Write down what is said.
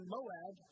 Moab